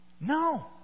no